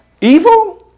Evil